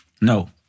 No